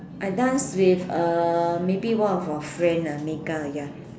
I dance with uh maybe one of our friend ah Mika ya